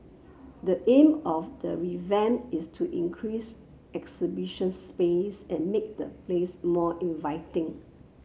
the aim of the revamp is to increase space and make the place more inviting